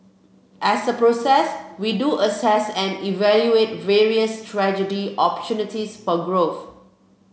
as a process we do assess and evaluate various strategic opportunities for growth